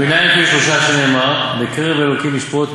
"ומנין אפילו שלושה, שנאמר 'בקרב אלהים ישפט'.